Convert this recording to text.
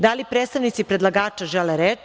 Da li predstavnici predlagača žele reč?